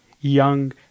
young